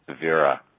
Vera